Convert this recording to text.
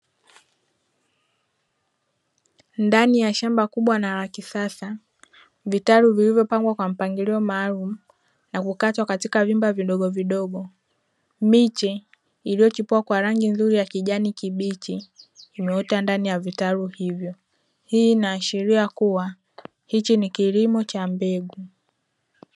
Ndani ya shamba kubwa na la kisasa vitalu vilivyopangwa kwa mpangilio maalumu na kukatwa katika vyumba vidogo vidogo. Miche iliyochipua kwa rangi nzuri ya kijani kibichi imeota ndani ya vitalu hivyo. Hii inaashiria kuwa hichi ni kilimo cha mbegu.